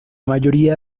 mayoría